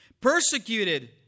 persecuted